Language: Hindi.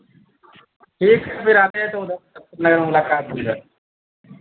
ठीक है फिर आते हैं तो उधर मेरे मुलाकात भी हो